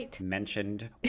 mentioned